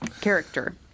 character